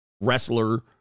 wrestler